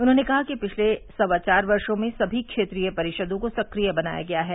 उन्होंने कहा कि पिछले सवा चार वर्षो में सभी क्षेत्रीय परिषदों को सक्रिय बनाया गया है